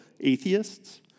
atheists